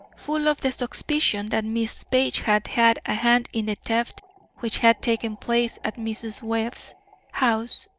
full of the suspicion that miss page had had a hand in the theft which had taken place at mrs. webb's house,